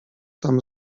tam